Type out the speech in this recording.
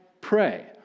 pray